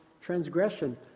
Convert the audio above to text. transgression